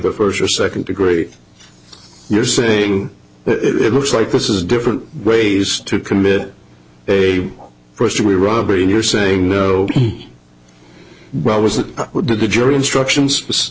but first or second degree you're saying it looks like this is different rays to commit a brush to a robbery and you're saying no me well was that the jury instructions